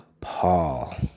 Paul